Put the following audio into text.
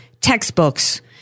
textbooks